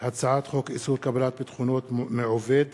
הצעת חוק לתיקון פקודת התעבורה (מס'